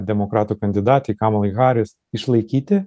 demokratų kandidatei kamelai haris išlaikyti